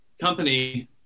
company